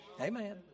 Amen